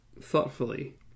thoughtfully